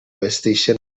vesteixen